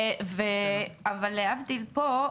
אבל להבדיל פה,